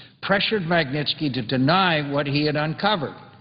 pressured magnitski to deny what he had uncovered,